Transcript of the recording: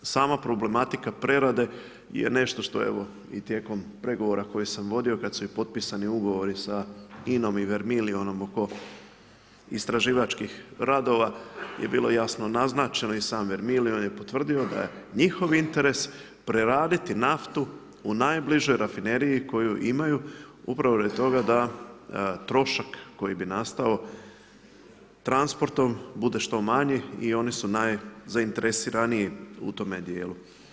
Sama problematika prerade je nešto što je evo, i tijekom pregovora koje sam vodio, kad su potpisani ugovori sa INA-om i Vermilionom oko istraživačkih radova je bilo jasno naznačeno i sam Vermilion je potvrdio da je njihov interes preraditi naftu u najbližoj rafineriji koji imaju, upravo radi toga trošak koji bi nastao transportom bude što manji i oni su najzainteresiraniji u tome dijelu.